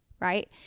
right